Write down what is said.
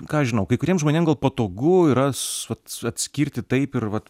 ką aš žinau kai kuriem žmonėm gal patogu yra su atskirti taip ir vat